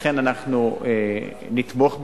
לכן, אנחנו נתמוך בזה,